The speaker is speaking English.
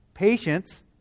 Patience